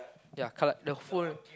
ya Kalar~ the full